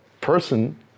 person